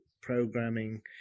programming